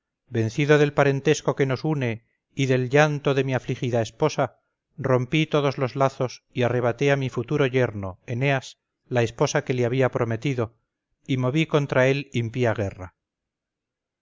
vencido del parentesco que nos une y del llanto de mi afligida esposa rompí todos los lazos y arrebaté a mi futuro yerno eneas la esposa que le había prometido y moví contra él impía guerra